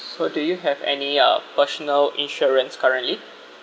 so do you have any uh personal insurance currently